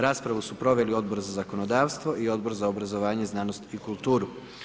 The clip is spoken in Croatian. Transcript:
Raspravu su proveli Odbor za zakonodavstvo i Odbor za obrazovanje, znanost i kulturu.